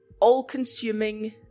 all-consuming